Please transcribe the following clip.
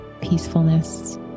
peacefulness